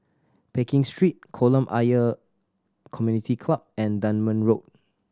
Pekin Street Kolam Ayer Community Club and Dunman Road